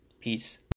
Peace